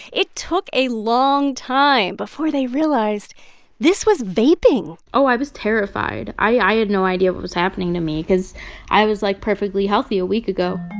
it took a long time before they realized this was vaping oh, i was terrified. i had no idea what was happening to me because i was, like, perfectly healthy a week ago